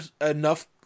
enough